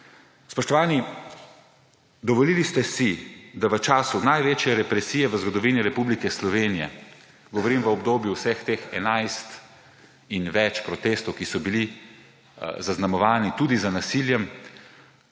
Spoštovani, dovolili ste si, da v času največje represije v zgodovini Republike Slovenije, govorim o obdobju vseh teh 11 in več protestov, ki so bili zaznamovani tudi z nasiljem,